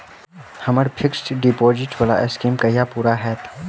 हम्मर fixed deposit वला scheme कहिया पूरा हैत?